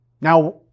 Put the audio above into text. Now